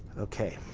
okay.